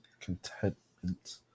contentment